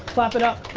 clap it up,